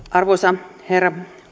arvoisa herra